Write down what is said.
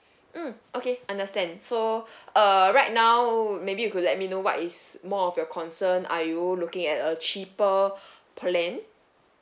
mm okay understand so err right now maybe you could let me know what is more of your concern are you looking at a cheaper plan